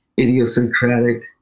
idiosyncratic